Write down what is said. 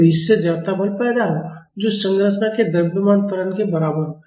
तो इससे जड़ता बल पैदा होगा जो संरचना के द्रव्यमान त्वरण के बराबर होगा